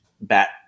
bat